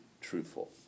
truthful